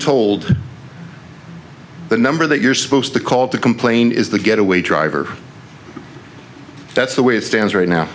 told the number that you're supposed to call to complain is the getaway driver that's the way it stands right now